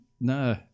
No